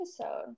episode